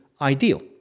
ideal